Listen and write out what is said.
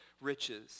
riches